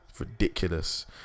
Ridiculous